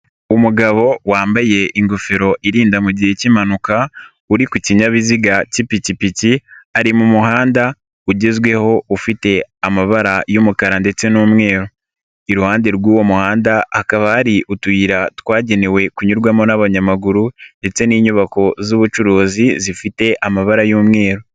Umugabo wambaye ingofero irinda mu gihe cy'impanuka uri ku kinyabiziga cy'ipikipiki ari mu muhanda ugezweho ufite amabara y'umukara ndetse n'umweru, iruhande rw'uwo muhanda hakaba hari utuyira twagenewe kunyurwamo n'abanyamaguru ndetse n'inyubako z'ubucuruzi zifite amabara y'umweru.